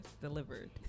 delivered